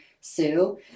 Sue